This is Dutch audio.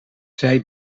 zij